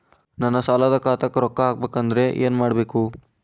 ನನ್ನ ಸಾಲದ ಖಾತಾಕ್ ರೊಕ್ಕ ಹಾಕ್ಬೇಕಂದ್ರೆ ಏನ್ ಮಾಡಬೇಕು?